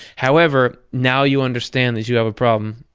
however, now you understand that you have a problem,